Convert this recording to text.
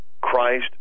Christ